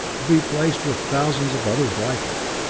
to be placed with thousands of others like it.